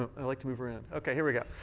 ah i like to move around. ok. here we go.